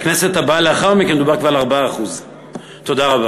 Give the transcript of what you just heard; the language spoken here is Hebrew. לכנסת הבאה לאחר מכן דובר כבר על 4%. תודה רבה.